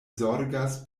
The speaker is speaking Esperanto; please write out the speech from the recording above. zorgas